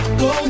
go